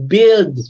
Build